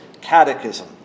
catechism